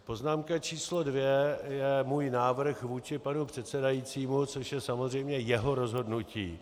Poznámka číslo dvě je můj návrh vůči panu předsedajícímu, co je samozřejmě jeho rozhodnutí.